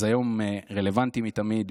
אז היום רלוונטי מתמיד,